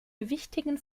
gewichtigen